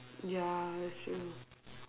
ya that's true